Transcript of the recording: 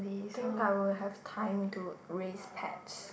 think I will have time to raise pets